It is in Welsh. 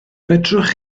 fedrwch